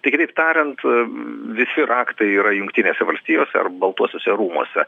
tai kitaip tariant visi raktai yra jungtinėse valstijose ar baltuosiuose rūmuose